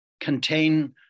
contain